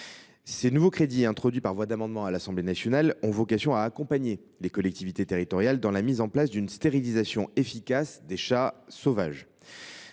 Ces nouveaux crédits, introduits par voie d’amendement à l’Assemblée nationale, ont vocation à accompagner les collectivités territoriales dans la mise en place d’une stérilisation efficace des chats sauvages.